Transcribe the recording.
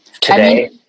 today